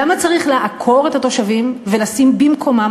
למה צריך לעקור את התושבים ולשים במקומם,